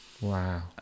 Wow